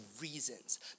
reasons